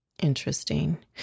Interesting